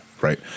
right